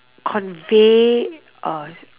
convey uh